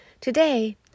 Today